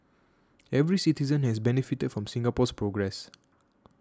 every citizen has benefited from Singapore's progress